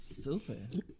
stupid